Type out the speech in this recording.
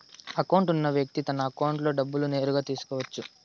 account ఉన్న వ్యక్తి తన అకౌంట్లో డబ్బులు నేరుగా తీసుకోవచ్చు